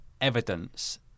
evidence